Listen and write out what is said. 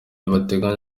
bateganya